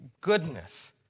goodness